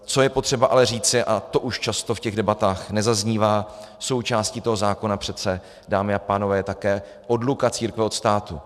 Co je ale potřeba říci, a to už často v těch debatách nezaznívá, součástí toho zákona přece, dámy a pánové, je také odluka církve od státu.